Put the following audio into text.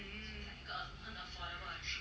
mmhmm